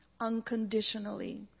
unconditionally